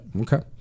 Okay